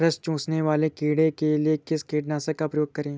रस चूसने वाले कीड़े के लिए किस कीटनाशक का प्रयोग करें?